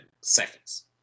seconds